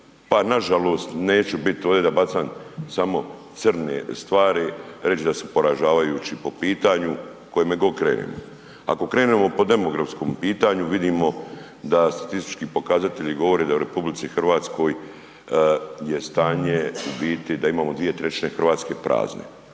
nažalost. Neću bit ovdje da bacam samo crne stvari reći da su poražavajući po pitanju kojemu god krenemo. Ako krenemo po demografskom pitanju, vidimo da statistički pokazatelji govore da u RH je stanje u biti da imamo 2/3 Hrvatske prazne.